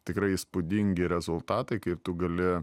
tikrai įspūdingi rezultatai kai ir tu gali